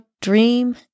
dream